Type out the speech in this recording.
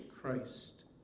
Christ